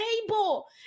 table